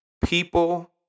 people